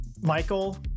Michael